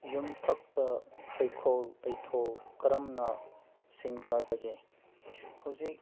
ꯌꯨꯝꯊꯛꯇ ꯍꯩꯀꯣꯜ ꯂꯩꯀꯣꯜ ꯀꯔꯝꯅ ꯁꯦꯝꯒꯗꯒꯦ ꯍꯧꯖꯤꯛ